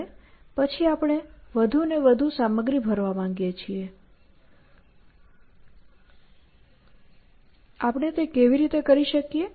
અને પછી આપણે વધુ અને વધુ સામગ્રી ભરવા માંગીએ છીએ આપણે કેવી રીતે કરી શકીએ